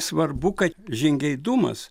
svarbu kad žingeidumas